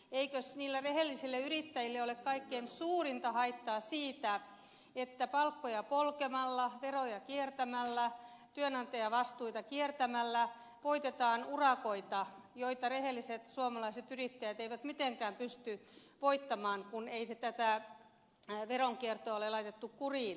eikös niille rehellisille yrittäjille ole kaikkein suurinta haittaa siitä että palkkoja polkemalla veroja kiertämällä työnantajavastuita kiertämällä voitetaan urakoita joita rehelliset suomalaiset yrittäjät eivät mitenkään pysty voittamaan kun ei tätä veronkiertoa ole laitettu kuriin